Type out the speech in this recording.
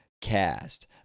cast